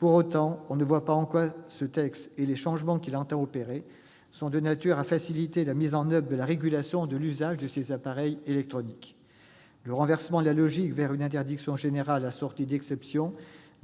pas faire ! On ne voit pas en quoi ce texte et les changements qu'il tend à opérer sont de nature à faciliter la mise en oeuvre de la régulation de l'usage de ces appareils électroniques. Le renversement de la logique vers une interdiction générale assortie d'exceptions